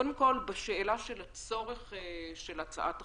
קודם כול בשאלה של הצורך של הצעת החוק.